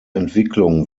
entwicklung